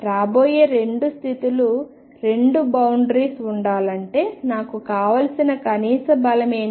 రాబోయే రెండు స్థితులు రెండు బౌండరీస్ ఉండాలంటే నాకు కావాల్సిన కనీస బలం ఏమిటి